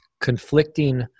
conflicting